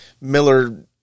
Miller